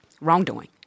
wrongdoing